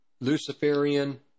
Luciferian